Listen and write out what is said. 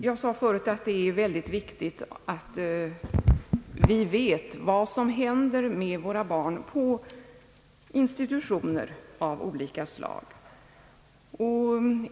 Jag sade förut att det är mycket viktigt att vi vet vad som händer med våra barn på institutioner av olika slag.